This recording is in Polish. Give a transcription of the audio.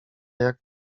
jak